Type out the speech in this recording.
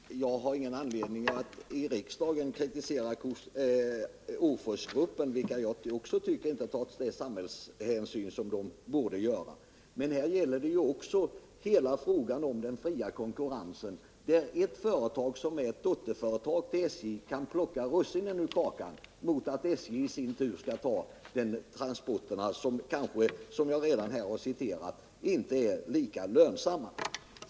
Herr talman! Jag har ingen anledning att här i riksdagen kritisera Åforsgruppen, även om jag anser att företaget inte tar vederbörlig hänsyn till samhället, men här gäller det ju hela frågan om den fria konkurrensen, då ett företag som är dotterföretag till SJ kan plocka russinen ur kakan, dvs. ta de mest lönande transporterna, medan SJ, som jag förut har nämnt, skall ta transporter som icke är lika lönsamma.